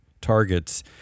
targets